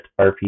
RPG